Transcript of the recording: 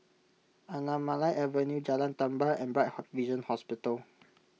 Anamalai Avenue Jalan Tambur and Bright Vision Hospital